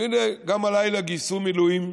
והינה, גם הלילה גייסו מילואים,